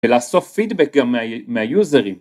ולאסוף פידבק גם מהיוזרים